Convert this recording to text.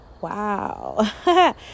wow